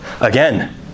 Again